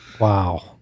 Wow